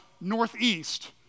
northeast